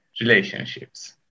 relationships